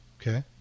okay